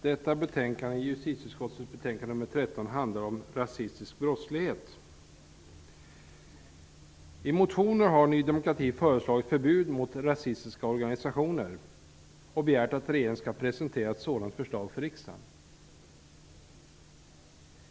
Herr talman! Justitieutskottets betänkande nr 13 handlar om rasistisk brottslighet. Ny demokrati har i motioner föreslagit förbud mot rasistiska organisationer. Vi har begärt att regeringen skall presentera ett sådant förslag för riksdagen.